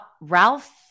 Ralph